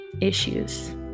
issues